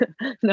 No